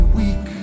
weak